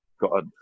got